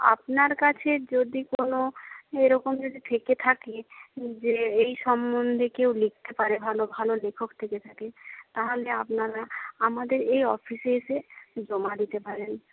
আপনার কাছে যদি কোনও এইরকম যদি থেকে থাকে যে এই সম্বন্ধে কেউ লিখতে পারে ভালো ভালো লেখক থেকে থাকে তাহলে আপনারা আমাদের এই অফিসে এসে জমা দিতে পারেন